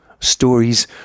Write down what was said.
stories